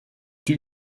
die